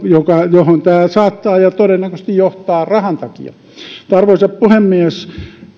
johon tämä saattaa johtaa ja todennäköisesti johtaa rahan takia arvoisa puhemies